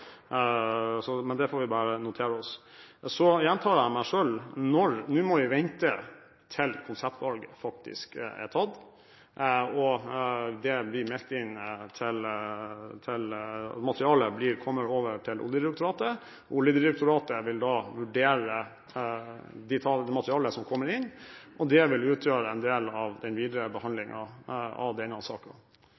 Men det får vi bare notere oss. Så gjentar jeg meg selv: Nå må vi vente til konseptvalget faktisk er tatt, og det materialet kommer til Oljedirektoratet. Oljedirektoratet vil da vurdere det materialet som kommer inn, og det vil utgjøre en del av den videre